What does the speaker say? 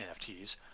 NFTs